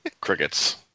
crickets